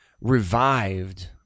revived